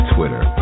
Twitter